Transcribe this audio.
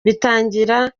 bitangira